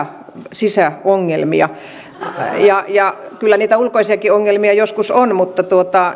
sisäongelmia kyllä niitä ulkoisiakin ongelmia joskus on mutta